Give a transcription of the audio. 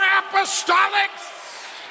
apostolics